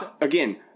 again